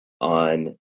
on